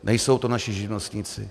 Nejsou to naši živnostníci.